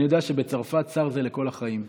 אני יודע שבצרפת שר זה לכל החיים.